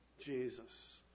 Jesus